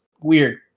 weird